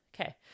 Okay